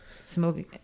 smoking